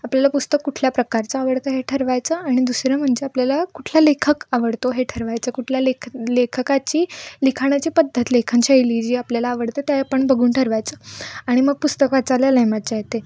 आपल्याला पुस्तक कुठल्या प्रकारचं आवडतं हे ठरवायचं आणि दुसरं म्हणजे आपल्याला कुठला लेखक आवडतो हे ठरवायचं कुठल्या लेख लेखकाची लिखाणाची पद्धत लेखनशैली जी आपल्याला आवडते त्या पण बघून ठरवायचं आणि मग पुस्तक वाचायला लय मजा येते